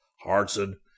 Hartson